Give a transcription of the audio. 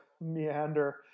meander